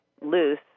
loose